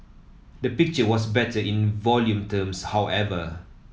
the picture was better in volume terms however